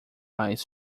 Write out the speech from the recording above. eyes